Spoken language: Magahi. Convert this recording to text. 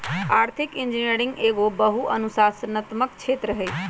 आर्थिक इंजीनियरिंग एहो बहु अनुशासनात्मक क्षेत्र हइ